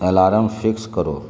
alarm fix کرو